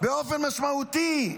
באופן משמעותי,